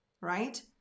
Right